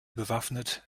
bewaffnet